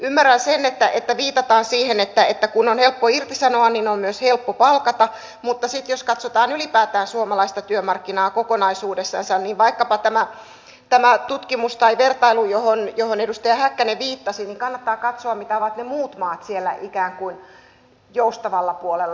ymmärrän sen että viitataan siihen että kun on helppo irtisanoa niin on myös helppo palkata mutta sitten jos katsotaan ylipäätään suomalaista työmarkkinaa kokonaisuudessaansa niin vaikkapa tästä tutkimuksesta tai vertailusta johon edustaja häkkänen viittasi kannattaa katsoa mitä ovat ne muut maat siellä ikään kuin joustavalla puolella